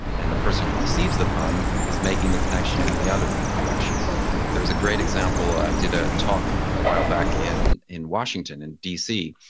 and the person who receives the pun is making the connection in the other direction there was a great example, i did a talk a while back in in washington, in dc.